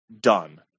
done